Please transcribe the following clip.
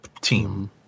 team